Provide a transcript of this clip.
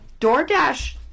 DoorDash